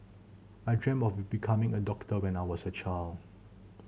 I dreamt of becoming a doctor when I was a child